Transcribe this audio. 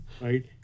right